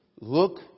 look